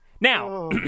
Now